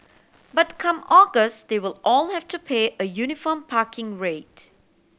but come August they will all have to pay a uniform parking rate